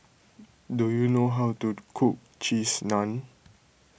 do you know how to cook Cheese Naan